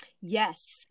Yes